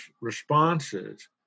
responses